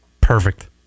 perfect